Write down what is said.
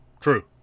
True